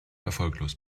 erfolglos